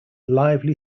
lively